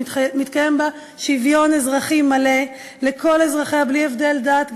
מתקיים בה שוויון אזרחי מלא לכל אזרחיה בלי הבדל דת,